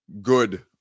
good